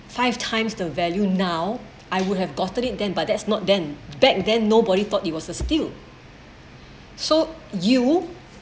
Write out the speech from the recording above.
five times the value now I would have gotten it then but that's not then back then nobody thought it was a steal so you